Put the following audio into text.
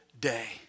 day